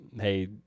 hey